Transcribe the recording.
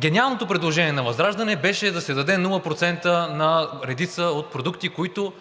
Гениалното предложение на ВЪЗРАЖДАНЕ беше да се даде нула процента на редица продукти, които